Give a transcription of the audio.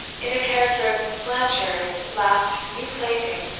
in the character of miss blanchard's last new plaything.